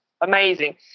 amazing